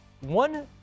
One